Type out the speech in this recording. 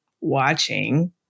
watching